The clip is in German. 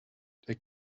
der